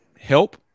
help